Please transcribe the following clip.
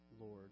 Lord